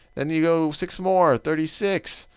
then you go six more, thirty six,